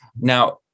Now